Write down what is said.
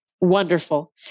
Wonderful